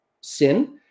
sin